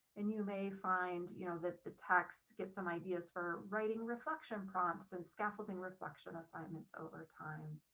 and you may find you know that the text gets some ideas for writing reflection prompts and scaffolding reflection assignments over time.